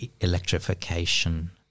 electrification